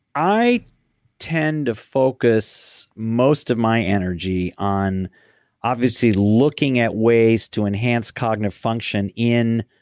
i tend to focus most of my energy on obviously looking at ways to enhance cognitive function in